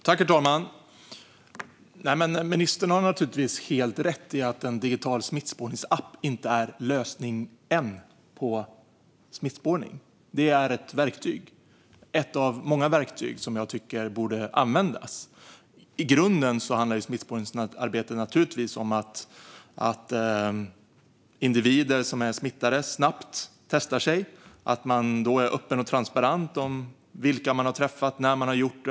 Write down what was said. Herr talman! Ministern har naturligtvis helt rätt i att en digital smittspårningsapp inte är lösningen på smittspårning. Det är ett verktyg. Det är ett av många verktyg som jag tycker borde användas. I grunden handlar smittspårningsarbetet naturligtvis om att individer som är smittade snabbt testar sig och att man då är öppen och transparent om vilka man har träffat och när man har gjort det.